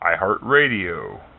iHeartRadio